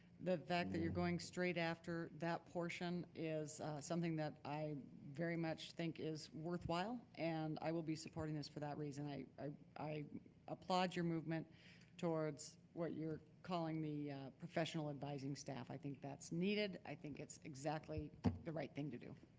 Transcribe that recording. the fact that you're going straight after that portion is something that i very much think is worthwhile and i will be supporting this for that reason. i i applaud your movement towards what you're calling the professional advising staff. i that's needed, i think it's exactly the right thing to do.